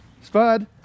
Spud